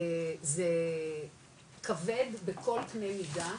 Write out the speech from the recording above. זה כבד בכל קנה מידה,